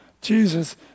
Jesus